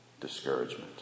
discouragement